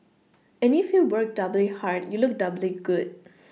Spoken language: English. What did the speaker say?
and if you work doubly hard you look doubly good